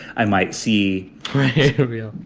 i might see you,